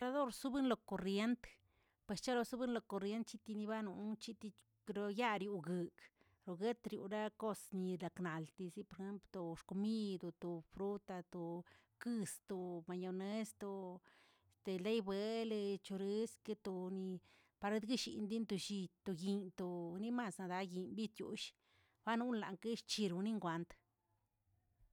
Doꞌsub lo korrient pues charosob lo korrient chikinbanon chiki per yaaron yogꞌ yogueꞌtriaroꞌ kosni chaknaltiri to xkomid to fruta, to keise, to mayones, to- to leybuel ke chorskeꞌ ke ton paridillshkin ti llit to yinꞌ to nimaszaꞌ daa yinꞌ bitiullꞌ panulan kecherone' gwant.